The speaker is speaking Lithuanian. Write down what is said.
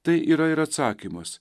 tai yra ir atsakymas